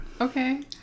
Okay